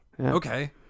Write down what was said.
Okay